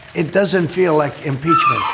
it doesn't feel like impeachment